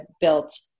built